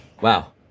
Wow